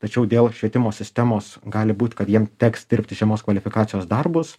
tačiau dėl švietimo sistemos gali būt kad jiem teks dirbti žemos kvalifikacijos darbus